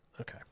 Okay